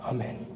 Amen